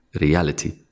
reality